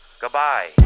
Goodbye